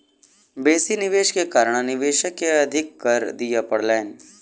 बेसी निवेश के कारण निवेशक के अधिक कर दिअ पड़लैन